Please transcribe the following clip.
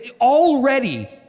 already